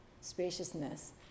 spaciousness